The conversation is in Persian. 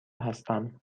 هستم